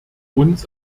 uns